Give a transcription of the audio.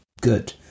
good